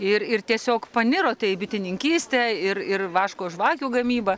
ir ir tiesiog panirote į bitininkystę ir ir vaško žvakių gamybą